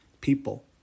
People